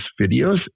videos